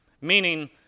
Meaning